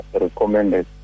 recommended